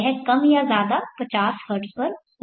यह कम या ज्यादा 50 हर्ट्ज पर होगा